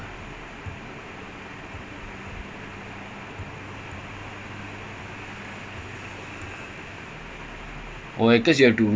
ya அது கொஞ்சம் கஷ்டம் தான்:athu konjam kashtam dhaan like compared to ours like dude tamil typing is very easy now in our phone just switch keyboard and you can type chinese leh type பண்றது ரொம்ப் கஷ்டம்:pandradhu romba kashtam